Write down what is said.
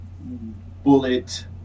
bullet